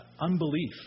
Unbelief